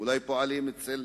אולי פועלים אצל